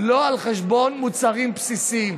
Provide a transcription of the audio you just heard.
לא על חשבון מוצרים בסיסיים.